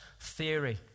theory